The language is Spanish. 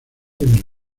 del